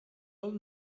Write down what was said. old